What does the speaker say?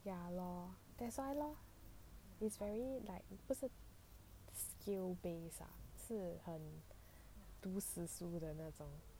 ya lor that's why lor it's very like 不是 skill based ah 是很读死书的那种